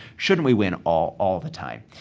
shouldn't we win all all the time?